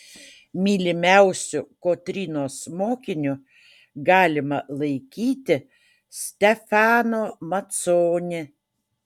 mylimiausiu kotrynos mokiniu galima laikyti stefano maconi